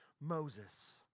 Moses